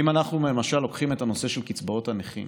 אם אנחנו למשל לוקחים את הנושא של קצבאות הנכים,